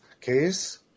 case